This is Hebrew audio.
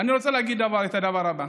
אני רוצה להגיד את הדבר הבא: